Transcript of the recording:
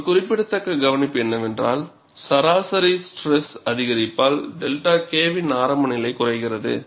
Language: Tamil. ஒரு குறிப்பிடத்தக்க கவனிப்பு என்னவென்றால் சராசரி ஸ்ட்ரெஸ் அதிகரிப்பதால் 𝛅 K வின் ஆரம்ப நிலை குறைகிறது